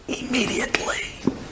immediately